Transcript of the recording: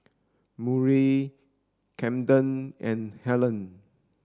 Murry Camden and Hellen